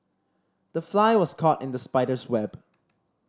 the fly was caught in the spider's web